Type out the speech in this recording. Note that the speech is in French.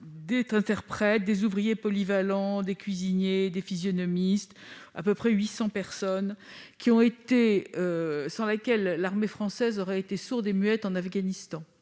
des interprètes, des ouvriers polyvalents, des cuisiniers, des physionomistes, soit environ 800 personnes sans lesquelles l'armée française aurait été sourde et muette en Afghanistan.